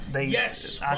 Yes